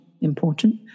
important